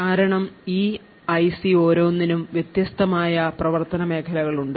കാരണം ഈ ഐസി ഓരോന്നിനും വ്യത്യസ്തമായ പ്രവർത്തന മേഖലകളുണ്ട്